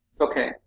Okay